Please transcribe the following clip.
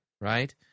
right